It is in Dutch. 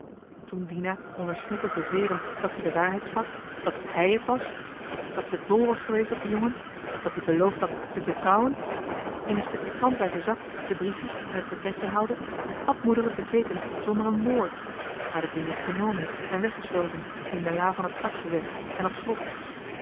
toen dina onder snikkend bezweren dat ze de waarheid sprak dat hj het was dat ze dol was geweest op den jongen dat ie gezeid had d'er te trouwen in een stukje krant uit d'er zak de briefjes gehaald had en het purtretje had moeder de schouders opgehaald lang alles bekeken zonder een wrd maar de dingies genomen en weggesloten in de la van het kastje weg en op slot